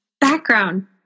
background